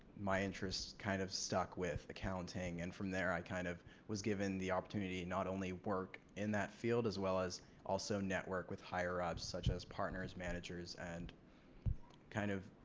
my interest kind of stuck with accounting and from there i kind of was given the opportunity to and not only work in that field as well as also network with higher ups such as partners managers and kind of.